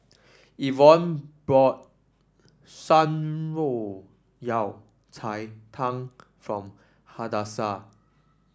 Evon bought Shan Rui Yao Cai Tang for Hadassah